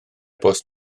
bost